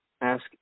ask